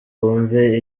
wumve